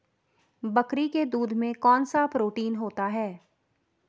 बकरी के दूध में कौनसा प्रोटीन होता है?